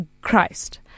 Christ